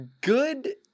Good